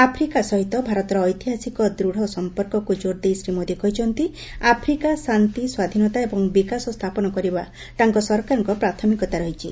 Africa ସହିତ ଭାରତର ଐତିହାସିକ ଦୂଢ଼ ସମ୍ପର୍କକୁ ଜୋର୍ ଦେଇ ଶ୍ରୀ ମୋଦି କହିଛନ୍ତି ଆଫ୍ରିକା ଶାନ୍ତି ସ୍ୱାଧୀନତା ଏବଂ ବିକାଶ ସ୍ଥାପନ କରିବା ତାଙ୍କ ସରକାରଙ୍କ ପ୍ରାଥମିକତା ରହିଛି